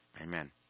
Amen